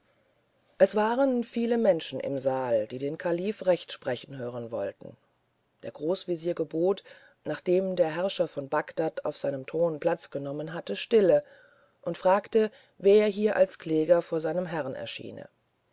es waren viele menschen im saal die den kalifen recht sprechend hören wollten der großwesir gebot nachdem der herrscher von bagdad auf seinem thron platz genommen hatte stille und fragte wer hier als kläger vor seinem herrn erscheine